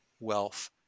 wealth